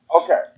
Okay